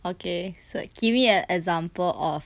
okay so give me an example of